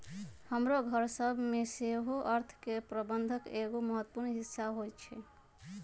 हमरो घर सभ में सेहो अर्थ के प्रबंधन एगो महत्वपूर्ण हिस्सा होइ छइ